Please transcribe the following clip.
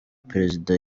perezida